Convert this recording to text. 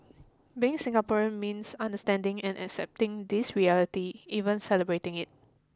being Singaporean means understanding and accepting this reality even celebrating it